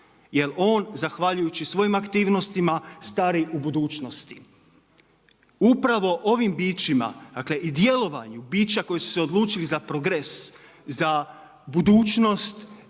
jer on zahvaljujući svojim aktivnostima stari u budućnosti. Upravo ovim bićima, dakle i djelovanju bića koji su se odlučili za progres, za budućnost